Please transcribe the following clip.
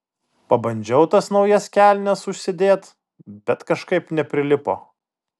pabandžiau tas naujas kelnes užsidėt bet kažkaip neprilipo